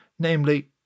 Namely